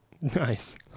Nice